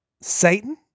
Satan